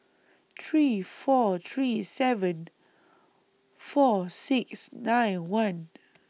three four three seven four six nine one